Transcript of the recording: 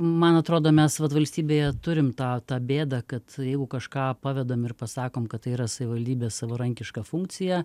man atrodo mes vat valstybėje turim tą tą bėdą kad jeigu kažką pavedam ir pasakom kad tai yra savivaldybės savarankiška funkcija